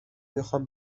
میخوام